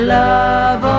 love